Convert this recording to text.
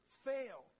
fail